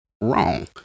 wrong